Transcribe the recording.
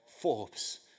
Forbes